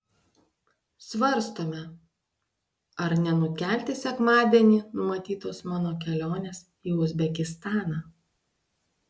svarstome ar nenukelti sekmadienį numatytos mano kelionės į uzbekistaną